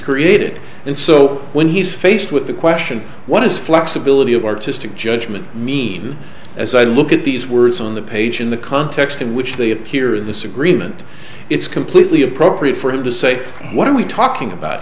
created and so when he's faced with the question what is flexibility of artistic judgment mean as i look at these words on the page in the context in which they appear in the supreme and it's completely appropriate for him to say what are we talking about